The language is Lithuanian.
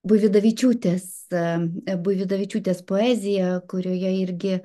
buividavičiūtės buividavičiūtės poeziją kurioje irgi